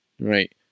right